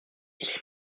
est